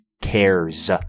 cares